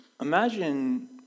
imagine